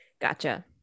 gotcha